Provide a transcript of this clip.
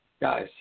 Guys